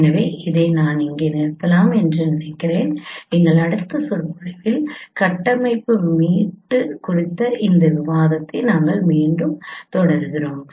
எனவே இதை நான் இங்கே நிறுத்தலாம் என்று நினைக்கிறேன் எங்கள் அடுத்த சொற்பொழிவில் கட்டமைப்பு மீட்பு குறித்த இந்த விவாதத்தை நாங்கள் தொடருவோம்